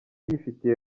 yifitiye